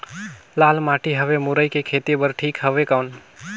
लाल माटी हवे मुरई के खेती बार ठीक हवे कौन?